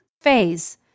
phase